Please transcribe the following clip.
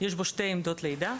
יש בו שתי עמדות לידה,